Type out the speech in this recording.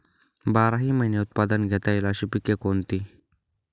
बाराही महिने उत्पादन घेता येईल अशी पिके कोणती?